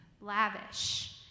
lavish